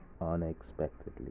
unexpectedly